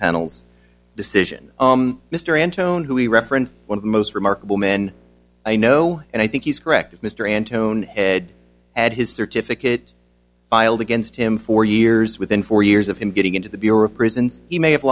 panel's decision mr antonie who we referenced one of the most remarkable men i know and i think he's correct mr antonio had had his certificate filed against him for years within four years of him getting into the bureau of prisons he may have